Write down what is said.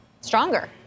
stronger